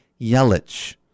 Yelich